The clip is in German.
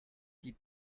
die